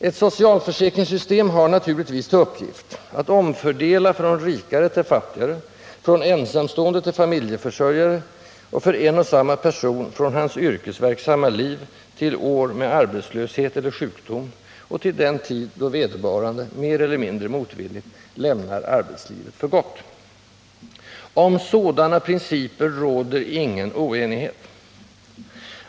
Ett socialförsäkringssystem har naturligtvis till uppgift att omfördela från rikare till fattigare, från ensamstående till familjeförsörjare och för en och samma person från hans yrkesverksamma år till år med arbetslöshet eller sjukdom, och till den tid då vederbörande, mer eller mindre motvilligt, lämnar arbetslivet för gott. Om sådana principer råder ingen oenighet.